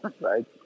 Right